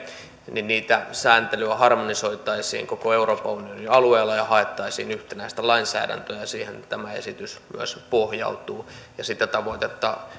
sääntelyä harmonisoitaisiin koko euroopan unionin alueella ja haettaisiin yhtenäistä lainsäädäntöä siihen tämä esitys myös pohjautuu ja sitä tavoitetta